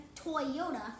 Toyota